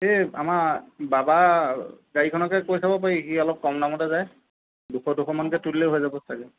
এই আমাৰ বাবাৰ গাড়ীখনকে কৈ চাব পাৰি সি অলপ কম দামতে যায় দুশ দুশমানকৈ তুলিলে হৈ যাব চাগৈ